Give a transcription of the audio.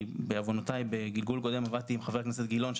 בעוונותיי בגלגול קודם עבדתי עם חבר הכנסת גילאון,